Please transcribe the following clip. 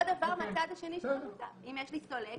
אותו דבר מהצד השני אם יש לי סולק,